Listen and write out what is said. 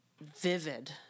vivid